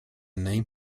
name